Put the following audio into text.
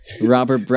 Robert